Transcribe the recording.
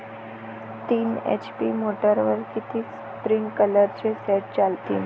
तीन एच.पी मोटरवर किती स्प्रिंकलरचे सेट चालतीन?